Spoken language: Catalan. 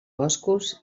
boscos